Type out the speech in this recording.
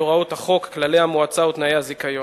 את הוראות החוק, כללי המועצה ותנאי הזיכיון.